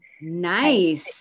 Nice